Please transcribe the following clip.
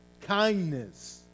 kindness